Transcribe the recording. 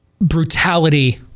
brutality